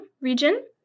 region